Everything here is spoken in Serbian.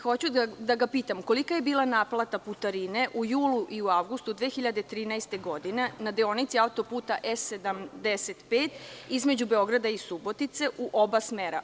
Hoću da ga pitam kolika je bila naplata putarine u julu i avgustu 2013. godine na deonici autoputa E75 između Beograda i Subotice u oba smera?